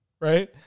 Right